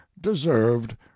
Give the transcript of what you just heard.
deserved